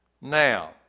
Now